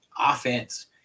offense